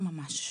ממש.